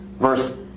Verse